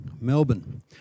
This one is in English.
Melbourne